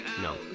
no